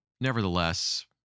nevertheless